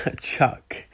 Chuck